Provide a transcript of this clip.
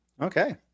Okay